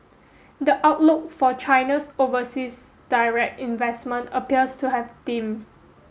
the outlook for China's overseas direct investment appears to have dim